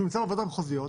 שהוא נמצא בוועדות המחוזיות.